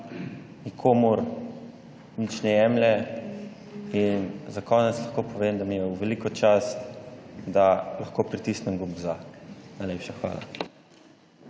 nikomur nič ne jemlje. In za konec lahko povem, da mi je v veliko čast, da lahko pritisnem gumb za. Najlepša hvala.